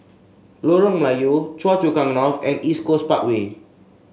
Lorong Melayu Choa Chu Kang North and East Coast Parkway